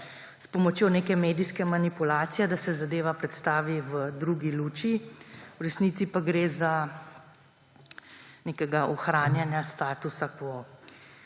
s pomočjo neke medijske manipulacije, da se zadeva predstavi v drugi luči, v resnici pa gre za ohranjanje statusa